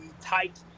tight